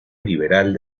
liberal